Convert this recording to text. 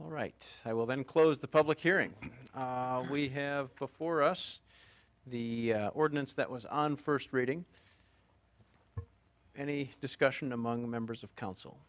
all right i will then close the public hearing we have before us the ordinance that was on first reading any discussion among members of council